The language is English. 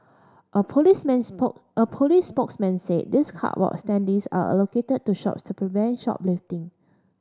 a policeman's a police spokesman said these cardboard standees are allocated to shops to prevent shoplifting